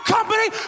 Company